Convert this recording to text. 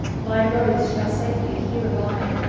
my rose shall safely here abide,